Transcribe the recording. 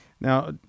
Now